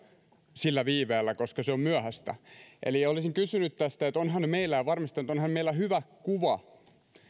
sillä viiveellä koska se on myöhäistä eli olisin kysynyt tästä ja varmistanut että onhan meillä hyvä kuva